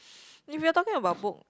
if you're talking about book